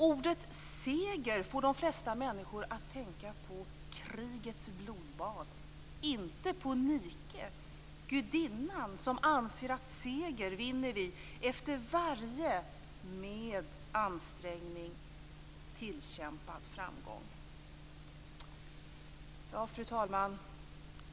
Ordet "seger" får de flesta människor att tänka på krigets blodbad - inte på Nike, gudinnan som anser att seger är något vi vinner efter varje med ansträngning tillkämpad framgång. Fru talman!